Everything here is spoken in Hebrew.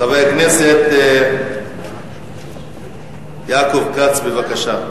חבר הכנסת יעקב כץ, בבקשה.